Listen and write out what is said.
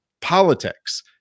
politics